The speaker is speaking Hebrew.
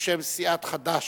בשם סיעת חד"ש.